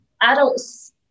adults